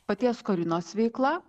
paties skorinos veikla